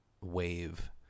wave